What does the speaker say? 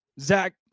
Zach